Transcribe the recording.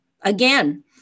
Again